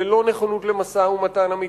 ללא נכונות למשא-ומתן אמיתי,